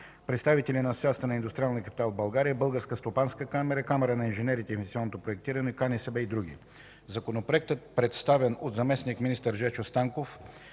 представители на Асоциация на индустриалния капитал в България, Българска стопанска камара, Камара на инженерите в инвестиционното проектиране, КНСБ и други. Законопроектът, представен от заместник-министър Жечо Станков,